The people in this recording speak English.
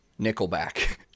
Nickelback